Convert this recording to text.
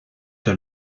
der